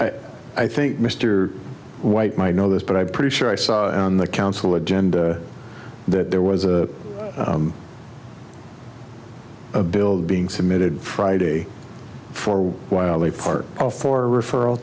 to i think mr white might know this but i'm pretty sure i saw on the council agenda that there was a bill being submitted friday for wiley part for referral